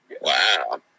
Wow